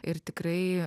ir tikrai